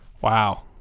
Wow